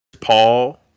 Paul